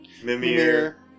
Mimir